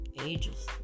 ages